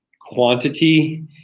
quantity